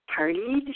partied